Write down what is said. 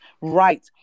right